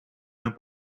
her